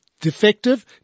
defective